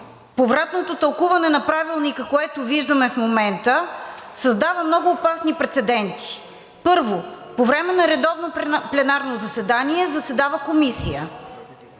повратното тълкуване на Правилника, което виждаме в момента, създава много опасни прецеденти. Първо, по време на редовно пленарно заседание заседава комисия,